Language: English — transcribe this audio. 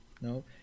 no